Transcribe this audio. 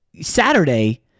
Saturday